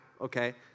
okay